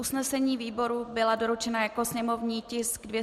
Usnesení výborů byla doručena jako sněmovní tisk 208/1 a 2.